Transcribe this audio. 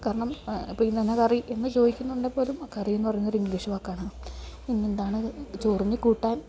കാരണം ഇപ്പം ഇന്ന് എന്നാ കറി എന്ന് ചോദിക്കുന്നുണ്ടേൽ പോലും കറീന്ന് പറയുന്നൊരിങ്ക്ലീഷ് വാക്കാണ് ഇന്നെന്താണ് ചോറിന് കൂട്ടാൻ